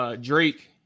Drake